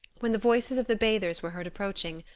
when the voices of the bathers were heard approaching,